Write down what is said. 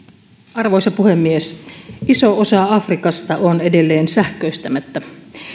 arvoisa puhemies iso osa afrikasta on edelleen sähköistämättä